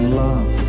love